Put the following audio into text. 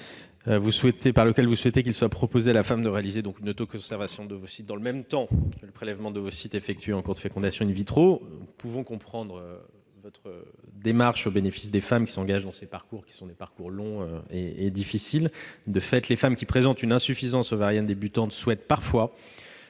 amendement. Vous souhaitez qu'il soit proposé aux femmes de réaliser une autoconservation d'ovocytes dans le même temps que le prélèvement d'ovocytes en cours de fécondation. Nous pouvons comprendre votre démarche au bénéfice des femmes qui s'engagent dans ces parcours longs et difficiles. De fait, celles qui présentent une insuffisance ovarienne débutante souhaitent parfois